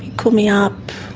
call me up,